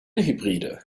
hybride